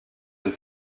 une